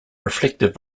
reflective